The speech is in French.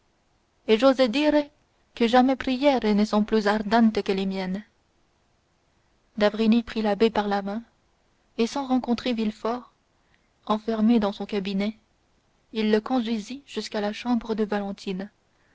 et j'ose dire que jamais prières ne seront plus ardentes que les miennes d'avrigny prit l'abbé par la main et sans rencontrer villefort enfermé dans son cabinet il le conduisit jusqu'à la chambre de valentine